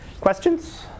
Questions